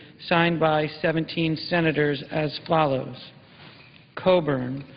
signed by seventeen senators as follows coburn,